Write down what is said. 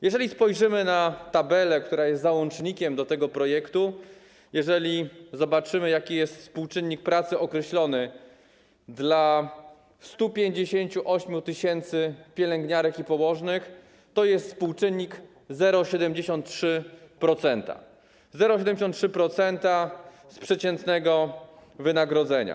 Jeżeli spojrzymy na tabelę, która jest załącznikiem do tego projektu, jeżeli zobaczymy, jaki jest współczynnik pracy określony dla 158 tys. pielęgniarek i położnych, to jest to współczynnik 0,73%. 0,73% przeciętnego wynagrodzenia.